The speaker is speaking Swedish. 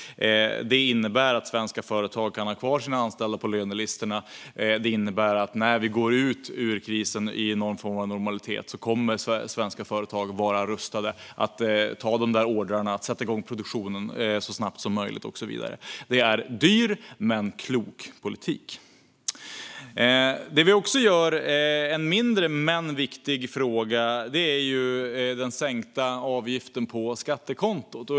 Det innebär att svenska företag kan ha kvar sina anställda på lönelistorna. Det innebär att när vi går ut ur krisen i någon form av normalitet kommer svenska företag att vara rustade att ta de där orderna, att sätta igång produktionen så snabbt som möjligt och så vidare. Det är dyr men klok politik. En mindre men viktig fråga handlar om den sänkta avgiften på skattekontot.